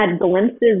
glimpses